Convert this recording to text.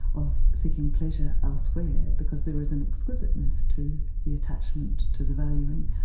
of seeking pleasure elsewhere, because there is an exquisiteness to the attachment, to the valuing,